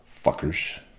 fuckers